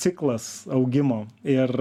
ciklas augimo ir